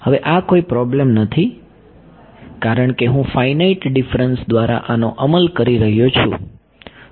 હવે આ કોઈ પ્રોબ્લેમ નથી કારણ કે હું ફાઈનાઈટ ડીફરન્સ દ્વારા આનો અમલ કરી રહ્યો છું